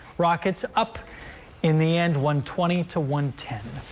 rockets up in the end one twenty to one ten.